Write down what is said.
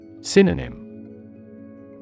Synonym